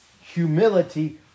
Humility